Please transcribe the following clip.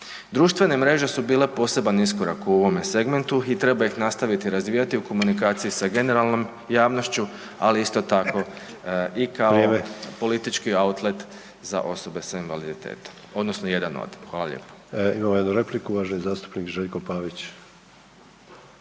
Društvene mreže su bile poseban iskorak u ovome segmentu i treba ih nastaviti razvijati u komunikaciji sa generalnom javnošću, ali isto tako i kao politički outlet za osobe s invaliditetom odnosno jedan … Hvala lijepo. **Sanader, Ante (HDZ)** Imamo jednu repliku, uvaženi zastupnik Željko Pavić.